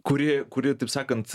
kuri kuri taip sakant